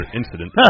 incident